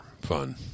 fun